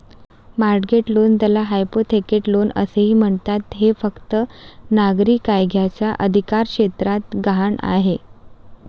mortgage loan, ज्याला hypothecate loan असेही म्हणतात, हे फक्त नागरी कायद्याच्या अधिकारक्षेत्रात गहाण आहे